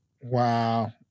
Wow